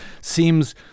seems